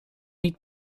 niet